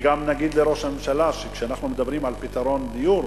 וגם נגיד לראש הממשלה שכשאנחנו מדברים על פתרון דיור,